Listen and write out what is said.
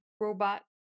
robot